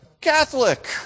Catholic